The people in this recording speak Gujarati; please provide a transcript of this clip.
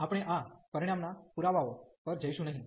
તેથી આપણે આ પરિણામના પુરાવાઓ પર જઈશું નહીં